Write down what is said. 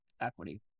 equity